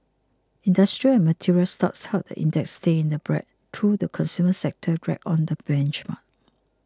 industrial and material stocks helped the index stay in the black though the consumer sector dragged on the benchmark